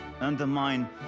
undermine